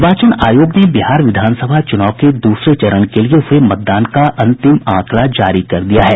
निर्वाचन आयोग ने बिहार विधानसभा चुनाव के दूसरे चरण के लिए हुये मतदान का अंतिम आंकड़ा जारी कर दिया है